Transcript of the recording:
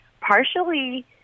partially